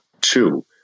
Two